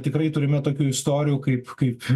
tikrai turime tokių istorijų kaip kaip